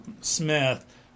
Smith